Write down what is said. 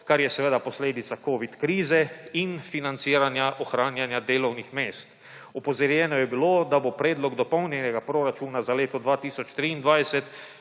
kar je seveda posledica covid krize in financiranja ohranjanja delovnih mest. Opozorjeno je bilo, da bo predlog Dopolnjenega proračuna za leto 2023